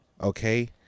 Okay